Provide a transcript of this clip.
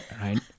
right